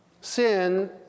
Sin